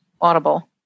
audible